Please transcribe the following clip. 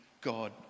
God